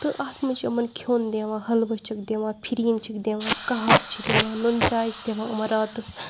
تہٕ اَتھ منٛز چھِ یِمَن کھیٚون دِوان ۂلوٕ چھِکھ دِوان فِرنۍ چھِکھ دِوان کَہوٕ چھِ دَوان نُن چاے چھِ دِوان یِمَن راتَس